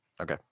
Okay